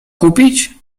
kupić